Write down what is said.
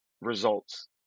results